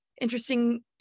interesting